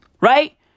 right